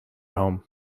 home